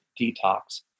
detox